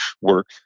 work